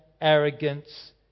arrogance